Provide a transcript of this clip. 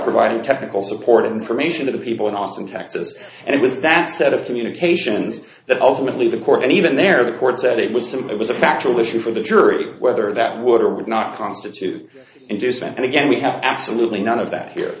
providing technical support information to the people in austin texas and it was that set of communications that ultimately the court and even there the court said it was simply it was a factual issue for the jury whether that would or would not constitute inducement and again we have absolutely none of that here